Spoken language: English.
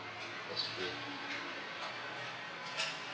was free